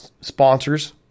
Sponsors